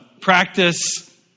practice